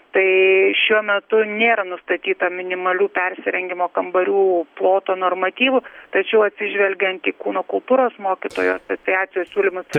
tai šiuo metu nėra nustatyta minimalių persirengimo kambarių ploto normatyvų tačiau atsižvelgiant į kūno kultūros mokytojų asociacijos siūlymus